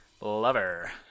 lover